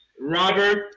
Robert